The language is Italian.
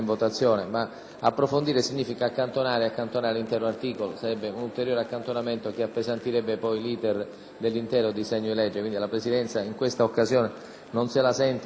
Grazie